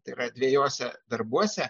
tai yra dviejuose darbuose